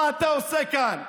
מה אתה עושה כאן?